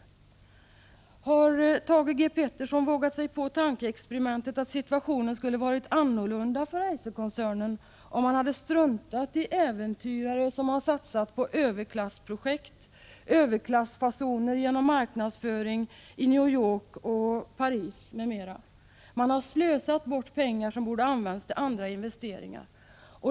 Har Thage G. Peterson vågat sig på tankeexperimentet att situationen för Eiserkoncernen kunde har varit en annan om man hade struntat i äventyrare som har satsat på överklassprojekt och överklassfasoner genom marknadsföring i New York, Paris, m.m.? Man har slösat bort pengar som borde ha använts till andra investeringar.